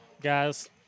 Guys